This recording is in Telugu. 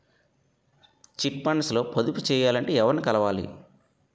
చిట్ ఫండ్స్ లో పొదుపు చేయాలంటే ఎవరిని కలవాలి?